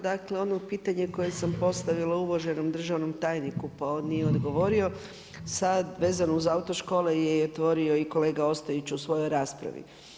Dakle, ono pitanje koje sam postavila uvaženom državnom tajniku pa on nije odgovorio sad vezano uz autoškole je i otvorio kolega Ostojić u svojoj raspravi.